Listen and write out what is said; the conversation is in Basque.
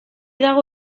dago